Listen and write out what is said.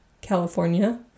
California